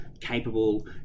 capable